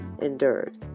endured